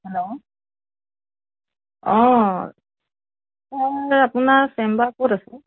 hello অ' আপোনাৰ chamber ক'ত আছে